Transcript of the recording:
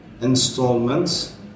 installments